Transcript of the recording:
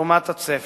לעומת הצפי,